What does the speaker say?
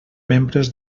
membres